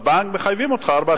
בבנק מחייבים אותך ב-4.99.